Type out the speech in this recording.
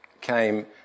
came